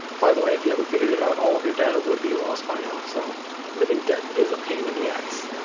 by the way if you haven't figured it out all of your data would be lost by now so livingdeath is a pain in the ass